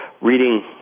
reading